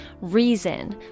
reason